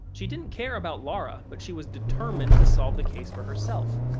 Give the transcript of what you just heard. she didn't care about laura, but she was determined to solve the case for herself.